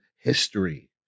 history